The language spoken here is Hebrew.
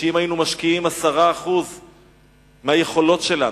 אם היינו משקיעים 10% מהיכולות שלנו,